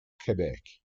quebec